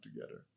together